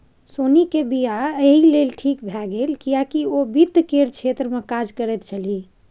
सोनीक वियाह एहि लेल ठीक भए गेल किएक ओ वित्त केर क्षेत्रमे काज करैत छलीह